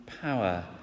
Power